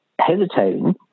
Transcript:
hesitating